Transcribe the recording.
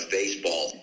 baseball